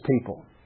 people